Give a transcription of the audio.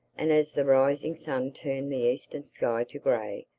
and as the rising sun turned the eastern sky to gray,